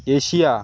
Asia